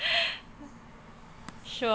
sure